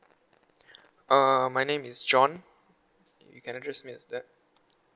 uh my name is john you can address me as that